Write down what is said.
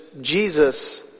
Jesus